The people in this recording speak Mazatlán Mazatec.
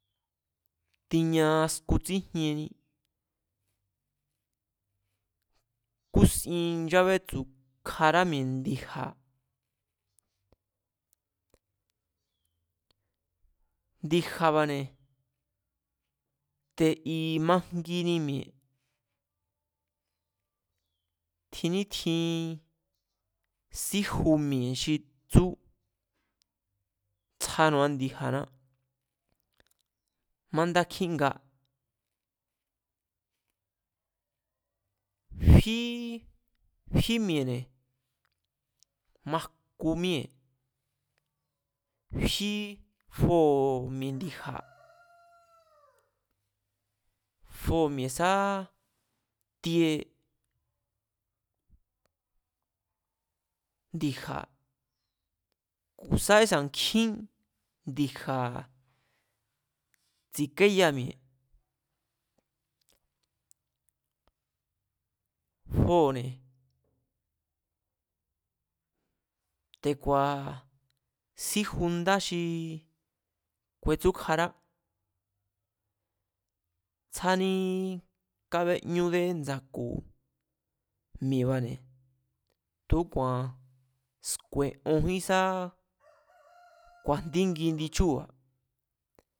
Tiña skutsíjienni, kúsin nchábétsu̱kjará mi̱e̱ ndi̱ja̱, ndi̱ja̱ba̱ne̱ te̱ i̱ majngini mi̱e̱, tjin nítjin síju mi̱e̱ xi tsú tsjanu̱a ndi̱ja̱na mándá kjínga, fíí, fí mi̱e̱ne̱, majku míée̱ fí foo̱ mi̱e̱ ndi̱ja̱, foo̱mi̱e̱ sá tie ndi̱ja̱ ku̱ sá ísa̱ nkjín ndi̱ja̱ tsi̱keya mi̱e̱ foo̱ne̱ te̱kua̱a̱ síju ndá xi kuetsúkjará tsjání kábéñúdé ndsa̱ku̱ mi̱e̱ba̱ne̱ tu̱úku̱a̱ sku̱e̱onjí sá ku̱a̱jtíngi kjindi chúu̱ba̱